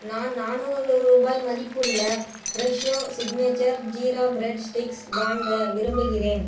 நான் நானூறு ரூபாய் மதிப்புள்ள Fresho signature jeera bread sticks வாங்க விரும்புகிறேன்